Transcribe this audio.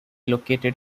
located